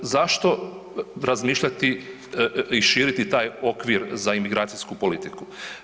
Zašto razmišljati i širiti taj okvir za imigracijsku politiku?